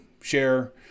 share